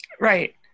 right